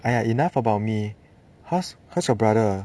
哎呀 enough about me how's how's your brother